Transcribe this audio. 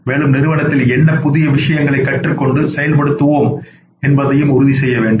மேலும் நிறுவனத்தில் என்ன புதிய விஷயங்களைக் கற்றுக் கொண்டு செயல்படுத்துவோம் என்பதையும் உறுதி செய்ய வேண்டும்